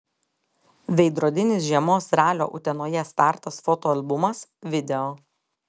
veidrodinis žiemos ralio utenoje startas fotoalbumas video